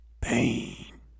Pain